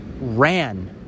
ran